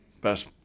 best